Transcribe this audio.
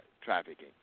trafficking